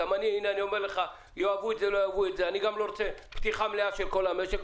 אני גם לא רוצה פתיחה מלאה של כל המשק,